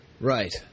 Right